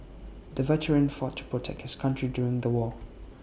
the veteran fought to protect his country during the war